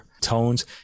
tones